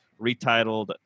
retitled